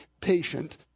patient